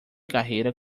carreira